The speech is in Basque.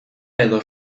edo